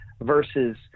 versus